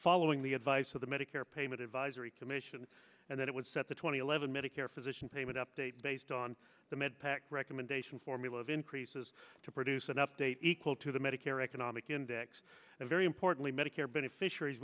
following the advice of the medicare payment advisory commission and that it would set the two thousand and eleven medicare physician payment update based on the med pac recommendation formula of increases to produce an update equal to the medicare economic index and very importantly medicare beneficiaries